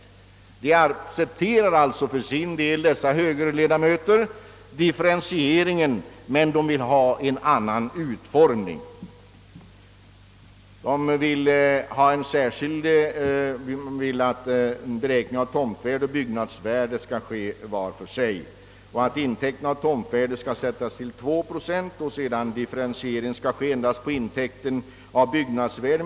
Motionärerna accepterar alltså för sin del differentieringen men vill ha en annan utformning av den. De föreslår att vid intäktsberäkningen det taxerade tomtvärdet och det taxerade byggnadsvärdet behandlas vart för sig på så sätt att intäkten av tomtvärdet alltid sättes till 2 procent och att den differentierade inkomstberäkningen uteslutande baseras på byggnadsvärdet.